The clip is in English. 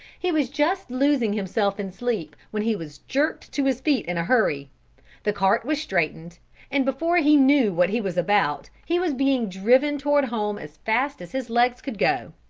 he was just losing himself in sleep, when he was jerked to his feet in a hurry the cart was straightened and before he knew what he was about, he was being driven toward home as fast as his legs could go,